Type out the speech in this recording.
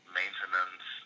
maintenance